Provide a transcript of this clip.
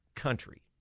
country